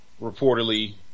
reportedly